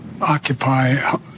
occupy